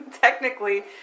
technically